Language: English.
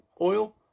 oil